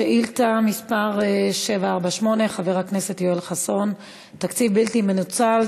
שאילתה מס' 748 של חבר הכנסת יואל חסון: תקציב בלתי מנוצל,